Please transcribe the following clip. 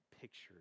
picture